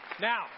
Now